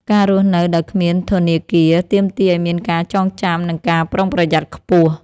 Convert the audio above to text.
ការរស់នៅដោយគ្មានធនាគារ ទាមទារឱ្យមានការចងចាំ និងការប្រុងប្រយ័ត្នខ្ពស់។